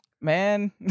man